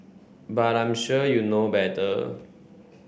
but I'm sure you know better